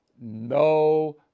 no